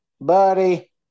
Buddy